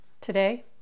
Today